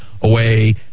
away